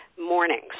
mornings